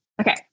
Okay